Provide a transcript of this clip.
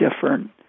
different